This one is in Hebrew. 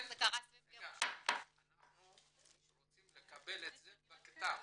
אנחנו רוצים לקבל את זה בכתב.